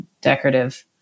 decorative